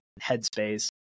headspace